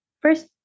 First